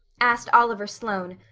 asked oliver sloane,